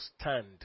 stand